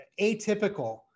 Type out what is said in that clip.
atypical